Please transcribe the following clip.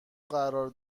قرار